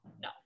No